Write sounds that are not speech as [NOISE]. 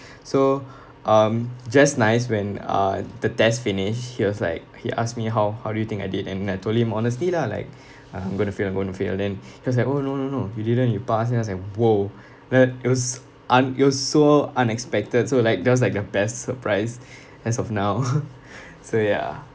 so um just nice when uh the test finish he was like he ask me how how do you think I did and I told him honestly lah like I'm going to fail I'm going to fail then he was like oh no no no you didn't you passed then I was like !whoa! that it was un~ it was so unexpected so like that was like the best surprise as of now [LAUGHS] so ya